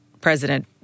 President